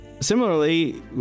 similarly